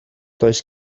does